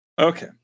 Okay